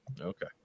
Okay